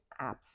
apps